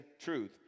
truth